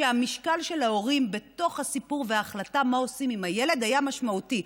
ששם המשקל של ההורים בתוך הסיפור וההחלטה מה עושים עם הילד היה משמעותי.